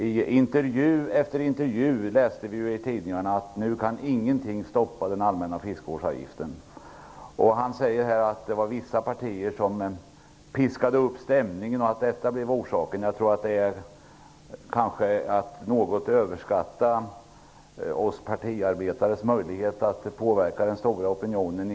I den ena intervjun efter den andra har vi läst i tidningarna att ingenting nu kunde stoppa den allmänna fiskevårdsavgiften. Kaj Larsson säger att vissa partier piskade upp stämningen, och att detta orsakade det hela. Jag tror att det kanske är att något överskatta partiarbetarnas möjligheter att påverka den stora opinionen.